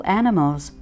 animals